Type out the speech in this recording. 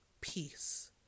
peace